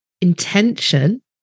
intention